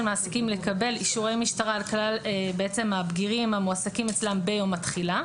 מעסיקים לקבל אישורי משטרה על כלל הבגירים המועסקים אצלם ביום התחילה.